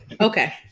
Okay